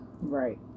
right